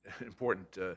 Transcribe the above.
important